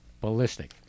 ballistic